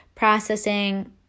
processing